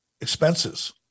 expenses